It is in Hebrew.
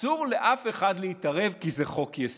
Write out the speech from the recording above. אסור לאף אחד להתערב, כי זה חוק-יסוד.